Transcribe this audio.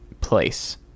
place